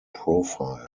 profile